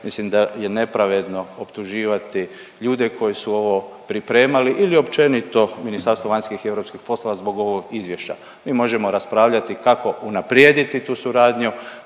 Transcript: mislim da je nepravedno optuživati ljude koji su ovo pripremali ili općenito Ministarstvo vanjskih i europskih poslova zbog ovog izvješća. Mi možemo raspravljati kako unaprijediti tu suradnju.